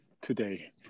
today